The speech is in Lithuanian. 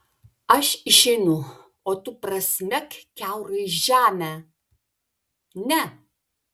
aš išeinu o tu prasmek kiaurai žemę ne